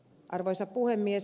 arvoisa puhemies